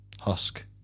husk